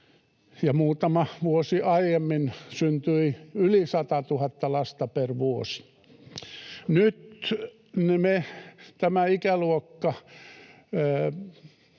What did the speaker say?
muutama vuosi aiemmin syntyi yli 100 000 lasta per vuosi. Nyt me, tämä ikäluokka